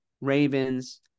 Ravens